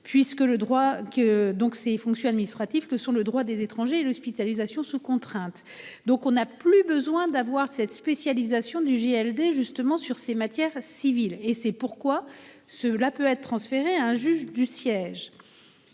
que sont le droit des étrangers et l'hospitalisation sous contrainte. Donc on a plus besoin d'avoir cette spécialisation du JLD justement sur ces matières civiles et c'est pourquoi ceux-là peut être transféré à un juge du siège.